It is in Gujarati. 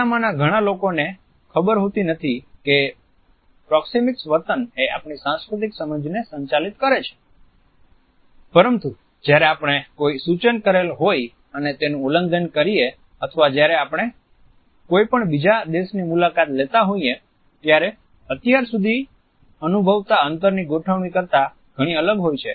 આપણામાંના ઘણા લોકોને ખબર હોતી નથી કે પ્રોક્સિમીક વર્તન એ આપણી સાંસ્કૃતિક સમજને સંચાલિત કરે છે પરંતુ જ્યારે આપણે કોઈ સૂચન કરેલ હોય અને તેનું ઉલ્લંઘન કરીએ અથવા જ્યારે આપણે કોઈ પણ બીજા દેશની મુલાકાત લેતા હોય છે ત્યારે અત્યાર સુધી અનુભવતા અંતરની ગોઠવણી કરતા ઘણી અલગ હોય છે